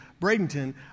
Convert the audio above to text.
Bradenton